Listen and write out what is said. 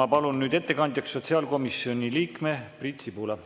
Ma palun nüüd ettekandjaks sotsiaalkomisjoni liikme Priit Sibula.